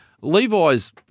Levi's